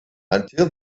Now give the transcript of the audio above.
until